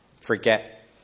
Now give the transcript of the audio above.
forget